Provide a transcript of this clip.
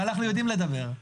אבל אנחנו יודעים לדבר.